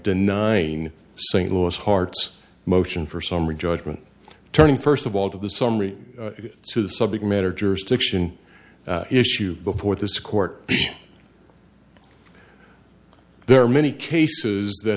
denying st louis hearts motion for summary judgment turning first of all to the summary to the subject matter jurisdiction issue before this court there are many cases that